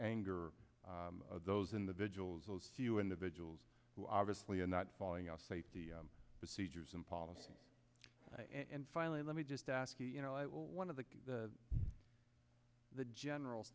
anger of those individuals those few individuals who obviously are not following our safety procedures and policies and finally let me just ask you you know one of the the the general